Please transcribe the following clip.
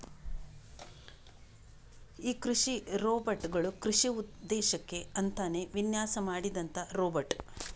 ಈ ಕೃಷಿ ರೋಬೋಟ್ ಗಳು ಕೃಷಿ ಉದ್ದೇಶಕ್ಕೆ ಅಂತಾನೇ ವಿನ್ಯಾಸ ಮಾಡಿದಂತ ರೋಬೋಟ್